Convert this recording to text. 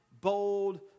bold